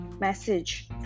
message